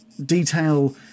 detail